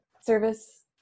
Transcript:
service